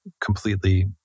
completely